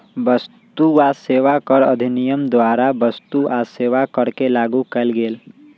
वस्तु आ सेवा कर अधिनियम द्वारा वस्तु आ सेवा कर के लागू कएल गेल